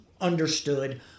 understood